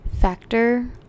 factor